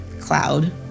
cloud